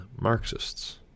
Marxists